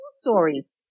stories